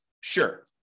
Sure